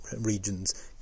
regions